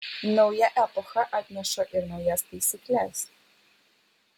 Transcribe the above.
nauja epocha atneša ir naujas taisykles